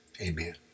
amen